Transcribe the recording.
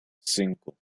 cinco